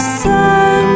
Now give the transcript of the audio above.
sun